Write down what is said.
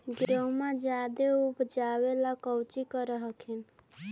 गेहुमा जायदे उपजाबे ला कौची कर हखिन?